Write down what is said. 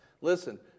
Listen